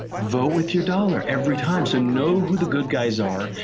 vote with your dollar every time. so know who the good guys are,